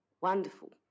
Wonderful